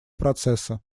процесса